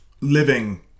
Living